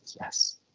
Yes